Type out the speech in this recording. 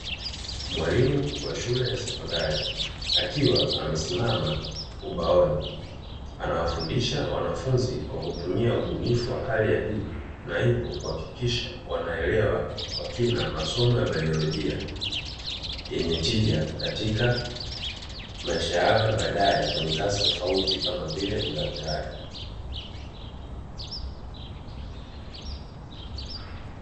Mwalimu wa shule ya sekondari akiwa amesimama ubaoni anawafundisha wanafunzi kwa kutumia ubunifu wa hali ya juu, na hivyo kuhakikisha wanaelewa kwa kina masomo ya baiolojia, yenye tija katika maisha yao ya baadaye kwenye kasi tofauti kama vile udaktari.